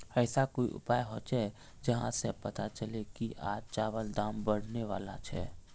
ऐसा कोई उपाय होचे जहा से पता चले की आज चावल दाम बढ़ने बला छे?